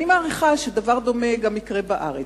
אני מעריכה שדבר דומה יקרה גם בארץ.